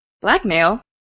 Blackmail